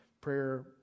prayer